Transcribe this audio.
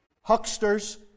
hucksters